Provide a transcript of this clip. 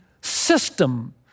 system